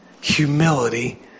Humility